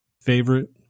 Favorite